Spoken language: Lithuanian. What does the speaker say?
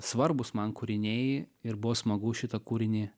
svarbūs man kūriniai ir buvo smagu šitą kūrinį